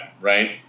right